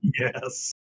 Yes